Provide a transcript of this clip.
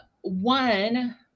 one